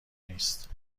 نیست